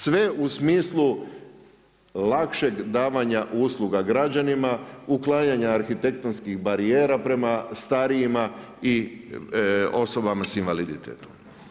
Sve u smislu lakšeg davanja usluga građanima, uklanjanja arhitektonskih barijera prema starijima i osobama sa invaliditetom.